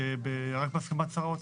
שרק בהסכמת שר האוצר.